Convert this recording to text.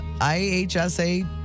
IHSA